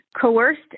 coerced